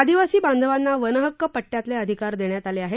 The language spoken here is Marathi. आदिवासी बांधवांना वनहक्क पट्टयातले अधिकार देण्यात आले आहेत